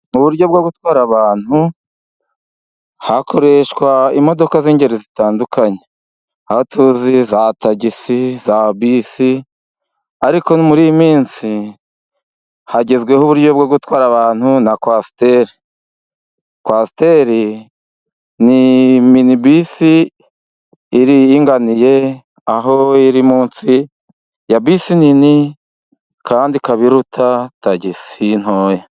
Mu buryo bwo gutwara abantu, hakoreshwa imodoka z'ingeri zitandukanye. Aho tuzi za tagisi, za bisi, ariko muri iyi minsi hagezweho uburyo bwo gutwara abantu na kwasiteri. Kwasiteri ni minibisi iringaniye, aho iri munsi ya bisi nini, kandi ikaba iruta tagisi ntoya.